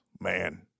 man